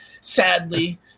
Sadly